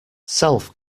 self